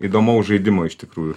įdomaus žaidimo iš tikrųjų